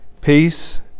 peace